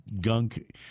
gunk